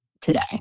today